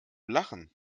lachen